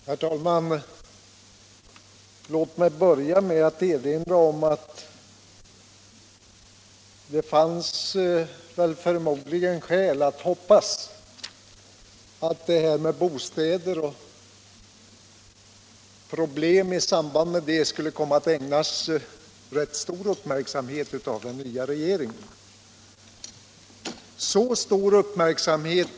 Herr talman! Låt mig börja med att erinra om att det väl fanns skäl att hoppas att den nya regeringen skulle komma att ägna bostadsfrågan och därmed sammanhängande problem rätt stor uppmärksamhet.